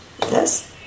Yes